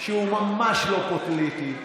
שהוא ממש לא פוליטי,